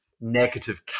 negative